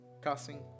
cussing